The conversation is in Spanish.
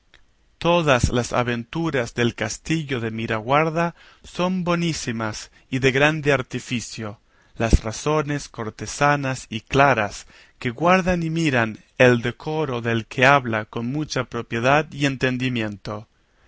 todas las aventuras del castillo de miraguarda son bonísimas y de grande artificio las razones cortesanas y claras que guardan y miran el decoro del que habla con mucha propriedad y entendimiento